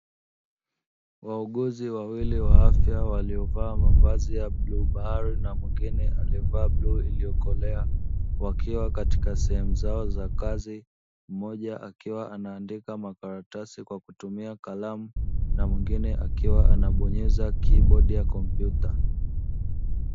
Wauguzi wawili wa afya waliovaa mavazi ya bluu bahari na mwingine alievaa blue iliyokolea, wakiwa katika sehemu zao za kazi moja akiwa anaandika makaratasi kwa kutumia kalamu na mwingine akiwa anabonyeza kibodi ya kompyuta.